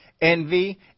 envy